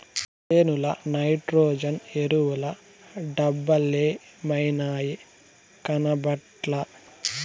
చేనుల నైట్రోజన్ ఎరువుల డబ్బలేమైనాయి, కనబట్లా